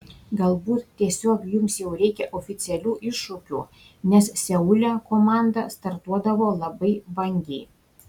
galbūt tiesiog jums jau reikia oficialių iššūkių nes seule komanda startuodavo labai vangiai